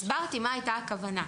הסברתי מה הייתה הכוונה,